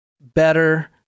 better